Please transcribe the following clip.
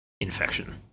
infection